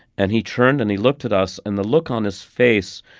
and he turned and he looked at us, and the look on his face,